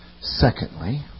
Secondly